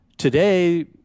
today